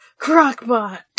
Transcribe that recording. Crockbot